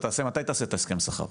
מתי תעשה את הסכם השכר?